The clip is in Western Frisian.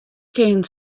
kin